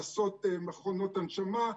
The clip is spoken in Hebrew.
לעשות מכונות הנשמה,